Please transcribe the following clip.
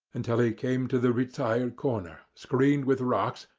until he came to the retired corner, screened with rocks,